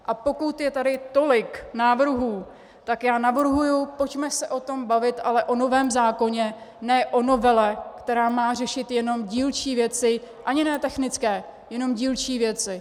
A pokud je tady tolik návrhů, tak já navrhuji, pojďme se o tom bavit, ale o novém zákoně, ne o novele, která má řešit jenom dílčí věci, ani ne technické, jenom dílčí věci.